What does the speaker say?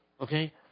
Okay